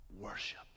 Worship